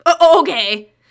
Okay